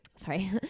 sorry